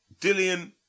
Dillian